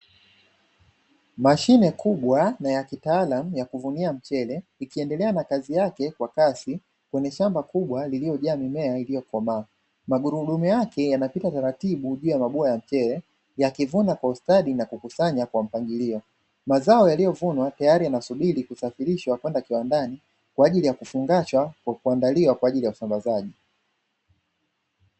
Mashine kubwa na ya kitaalamu ya kuvunia mchele ikiendelea na kazi yke kwa kasi kwenye shamba kubwa lililojaa mimea iliyokomaa magurudumu yake yanapita taratibu juu ya mabua ya mchele yakivuna kwa ustadi na kukusanywa kwa mpangilio, mazao yaliyovunwa tayari yanasubiri kusafirishwa kwenda kiwandani kwa ajili ya kufungashwa kuandaliwa kwenda kwa wasambazaji.